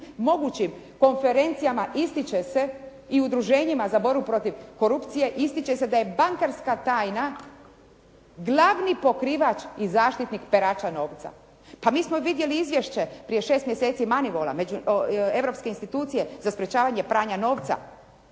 mogućim konferencijama ističe se i udruženjima za borbu protiv korupcije ističe se da je bankarska tajna glavni pokrivač i zaštitnik perača novca. Pa mi smo vidjeli izvješće prije 6 mjeseci Manivola, europske institucije za sprječavanje pranja novca